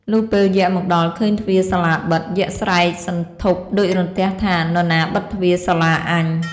លុះពេលយក្សមកដល់ឃើញទ្វារសាលាបិទ យក្សស្រែកសន្ធាប់ដូចរន្ទះថា "នរណាបិទទ្វារសាលាអញ?”។